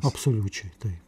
absoliučiai taip